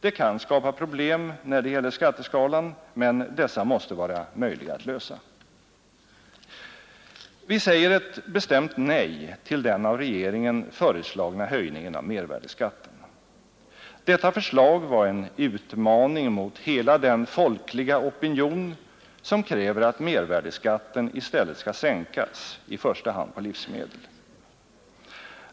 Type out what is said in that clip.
Det kan skapa problem när det gäller skatteskalan, men dessa måste vara möjliga att lösa. Vi säger ett bestämt nej till den av regeringen föreslagna höjningen av mervärdeskatten. Detta förslag var en utmaning mot hela den folkliga opinion, som kräver att mervärdeskatten i stället skall sänkas, i första hand på livsmedel.